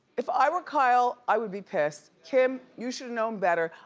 if i were kyle, i would be pissed. kim, you should've known better.